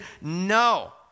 No